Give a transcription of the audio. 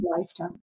lifetime